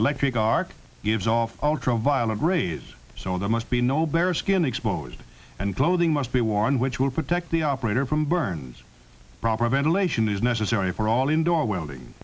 electric arc gives off ultraviolet rays so there must be no bear skin exposed and clothing must be worn which will protect the operator from byrne's proper ventilation is necessary for all indoor welding